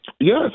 Yes